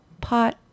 pot